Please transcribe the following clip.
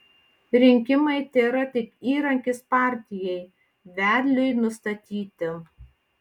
rinkimai tėra tik įrankis partijai vedliui nustatyti